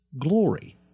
glory